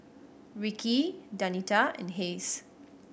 Rickie Danita and Hays